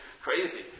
crazy